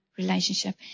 Relationship